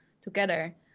together